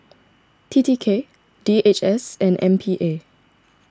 T T K D H S and M P A